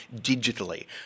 digitally